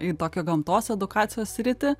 į tokią gamtos edukacijos sritį